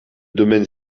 domaine